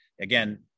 again